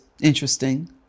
interesting